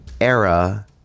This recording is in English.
era